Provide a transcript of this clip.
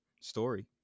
Story